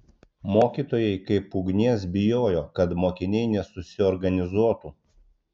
mokytojai kaip ugnies bijojo kad mokiniai nesusiorganizuotų